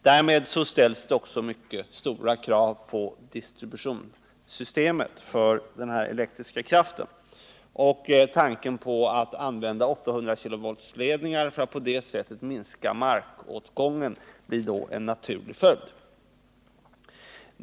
Därmed ställs det också mycket stora krav på distributionssystemet för den elektriska kraften. Tanken på att använda | 800-kV-ledningar för att på det sättet minska markåtgången blir då en naturlig följd.